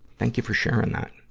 thank you for sharing that.